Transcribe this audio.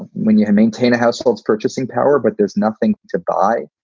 when you maintain a household's purchasing power. but there's nothing to buy.